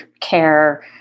care